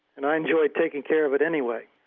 and i enjoy taking care of it anyway.